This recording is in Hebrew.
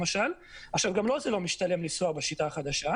גם לו זה לא משתלם לנסוע בשיטה החדשה,